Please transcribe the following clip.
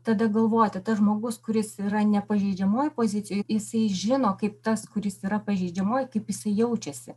tada galvoti tas žmogus kuris yra nepažeidžiamoje pozicijoje jisai žino kaip tas kuris yra pažeidžiamoj kaip jisai jaučiasi